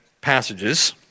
passages